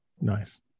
Nice